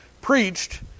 preached